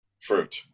fruit